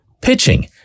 pitching